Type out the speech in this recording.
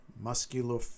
muscular